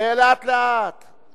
להוציא אותה.